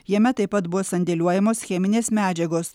jame taip pat buvo sandėliuojamos cheminės medžiagos